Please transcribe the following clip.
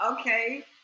Okay